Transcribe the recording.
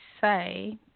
say